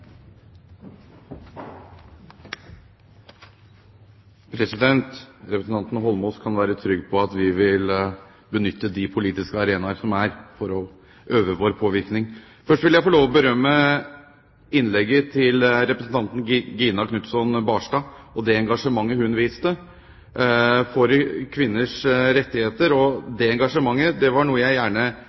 Representanten Holmås kan være trygg på at vi vil benytte de politiske arenaer som er, for å øve vår påvirkning. Først vil jeg få lov til å berømme representanten Gina Knutson Barstad for hennes innlegg og for det engasjementet hun viste for kvinners rettigheter. Det engasjementet var noe jeg gjerne